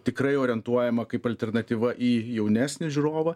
tikrai orientuojama kaip alternatyva į jaunesnį žiūrovą